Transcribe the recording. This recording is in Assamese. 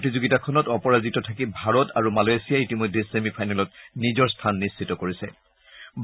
প্ৰতিযোগিতাখনত অপৰাজিত থাকি ভাৰত আৰু মালয়েছিয়াই ইতিমধ্যে ছেমি ফাইনেলত নিজৰ স্থান নিশ্চিত কৰিছে